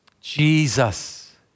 Jesus